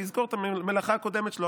שיזכור את המלאכה הקודמת שלו.